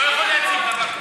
נכון.